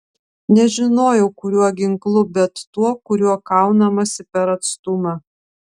nežinojau kuriuo ginklu bet tuo kuriuo kaunamasi per atstumą